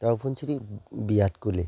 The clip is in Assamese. তাৰ ওপৰিঞ্চি বিৰাট কোহলি